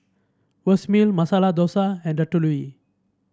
Vermicelli Masala Dosa and Ratatouille